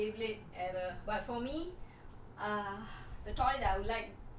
err ya of course I know beyblade at a but for me